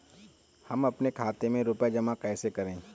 हम अपने खाते में रुपए जमा कैसे करें?